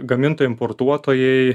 gamintojai importuotojai